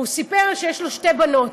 והוא סיפר שיש לו שתי בנות,